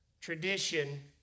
tradition